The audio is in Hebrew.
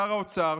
שר האוצר,